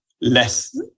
less